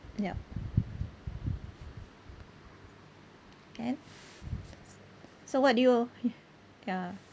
yup can so what do you ya